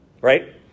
right